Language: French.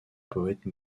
poètes